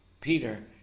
Peter